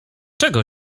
czego